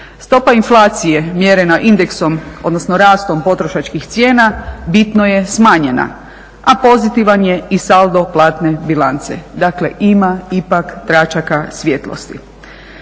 Stopa inflacije mjerena indeksom odnosno rastom potrošačkih cijena bitno je smanjena, a pozitivan je i saldo platne bilance. Dakle, ima ipak tračaka svijetlosti.